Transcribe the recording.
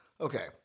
Okay